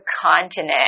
continent